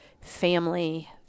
family